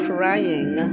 Crying